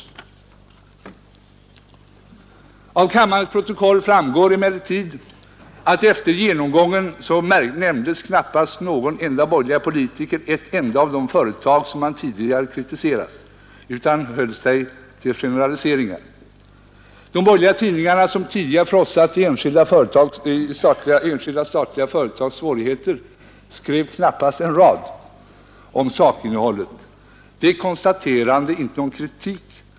Av kammarens protokoll framgår emellertid att efter genomgången nämnde knappast någon borgerlig politiker ett enda av de företag som man tidigare kritiserat, utan de höll sig till generaliseringar. De borgerliga tidningarna, som tidigare frossat i enskilda statliga företags svårigheter, skrev knappast en rad om sakinnehållet. Detta är ett konstaterande, inte någon kritik.